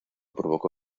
provocó